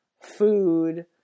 food